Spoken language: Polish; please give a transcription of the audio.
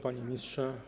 Panie Ministrze!